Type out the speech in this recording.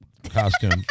costume